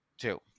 two